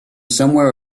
somewhere